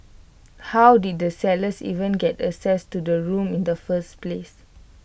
how did the sellers even get access to the room in the first place